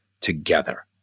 together